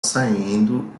saindo